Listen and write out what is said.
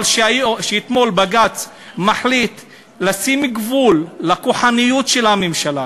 אבל כשאתמול בג"ץ מחליט לשים גבול לכוחניות של הממשלה,